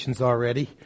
already